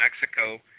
Mexico